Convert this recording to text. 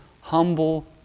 humble